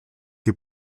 che